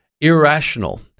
irrational